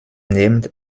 named